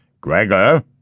Gregor